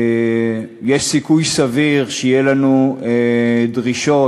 יש סיכוי סביר שיהיו לנו דרישות,